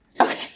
Okay